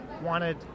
wanted